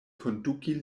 konduki